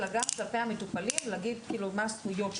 אלא גם כלפי המטופלים להגיד מה הזכויות שלכם,